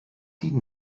die